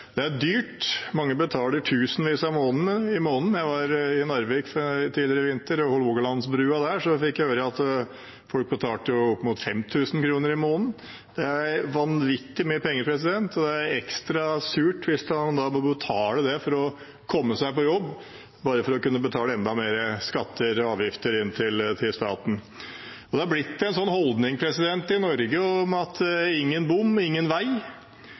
dyrt, mange betaler tusenvis av kroner i måneden. Jeg var i Narvik tidligere i vinter, ved Hålogalandsbrua der, og jeg fikk høre at folk betalte oppimot 5 000 kr i måneden. Det er vanvittig mye penger og ekstra surt hvis en må betale det for å komme seg på jobb, bare for å kunne betale enda mer skatter og avgifter inn til staten. Det har blitt en slik holdning i Norge: Ingen bom, ingen vei.